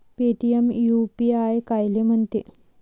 Paytm UPI कायले म्हनते?